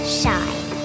shine